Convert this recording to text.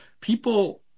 people